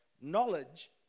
knowledge